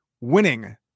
winning